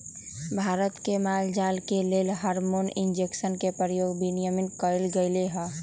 भारत में माल जाल के लेल हार्मोन इंजेक्शन के प्रयोग विनियमित कएल गेलई ह